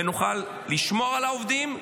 ונוכל לשמור על העובדים,